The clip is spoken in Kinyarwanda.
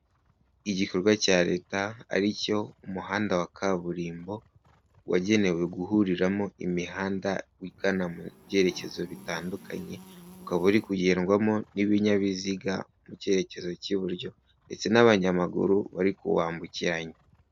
Igikorwa cya leta ari cyo umuhanda wa kaburimbo wagenewe guhuriramo imihanda igana mu byerekezo bitandukanye ukaba uri kugendwamo n'ibinyabiziga mu cyerekezo cy'iburyo ndetse n'abanyamaguru bari kuwambukiranya.